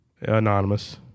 Anonymous